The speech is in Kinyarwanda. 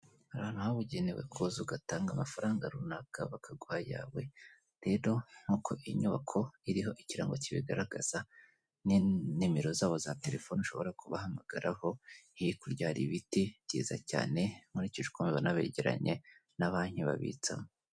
Hari ahantu habugenewe kuza ugatanga amafaranga runaka bakaguha ayawe, rero nk'uko inyubako iriho ikirango kibigaragaza, n'inimero zabo za telefoni ushobora kubahamagaraho, hakurya hari ibiti byiza cyane, nkurikije uko mbibona biregeranye na banki babitsamo.